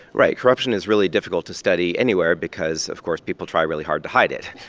right. corruption is really difficult to study anywhere because, of course, people try really hard to hide it.